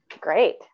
Great